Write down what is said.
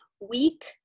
weak